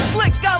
Slick